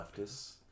leftist